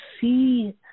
see